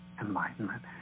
enlightenment